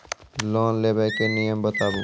Loan लेबे के नियम बताबू?